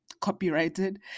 copyrighted